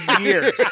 years